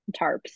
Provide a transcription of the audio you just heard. tarps